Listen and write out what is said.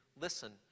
Listen